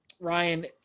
Ryan